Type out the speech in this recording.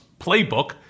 playbook